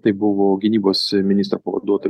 tai buvo gynybos ministro pavaduotoj